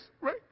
right